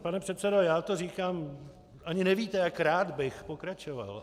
Pane předsedo, já to říkám ani nevíte, jak rád bych pokračoval.